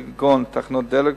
כגון תחנות דלק,